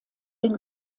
den